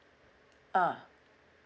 ah